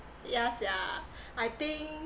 yeah sia I think